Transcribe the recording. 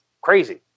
crazy